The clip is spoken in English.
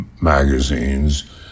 magazines